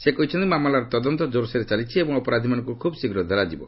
ସେ କହିଛନ୍ତି ମାମଲାର ତଦନ୍ତ ଜୋର୍ସୋର୍ରେ ଚାଲିଛି ଏବଂ ଅପରାଧୀମାନଙ୍କୁ ଖୁବ୍ ଶୀଘ୍ର ଧରାଯିବ